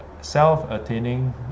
self-attaining